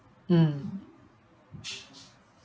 mm